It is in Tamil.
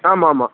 ஆமாம் ஆமாம்